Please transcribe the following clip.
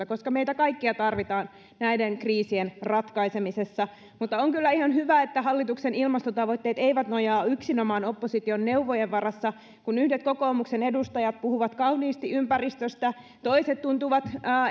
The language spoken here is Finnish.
koska meitä kaikkia tarvitaan näiden kriisien ratkaisemisessa mutta on kyllä ihan hyvä että hallituksen ilmastotavoitteet eivät nojaa yksinomaan opposition neuvojen varaan kun yhdet kokoomuksen edustajat puhuvat kauniisti ympäristöstä toiset tuntuvat